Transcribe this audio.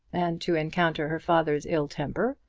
and to encounter her father's ill-temper,